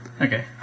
Okay